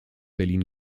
berlin